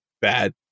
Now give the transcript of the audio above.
bad